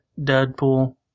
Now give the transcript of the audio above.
Deadpool